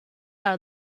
out